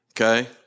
Okay